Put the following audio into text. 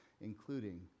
including